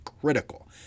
critical